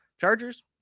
Chargers